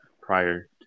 prior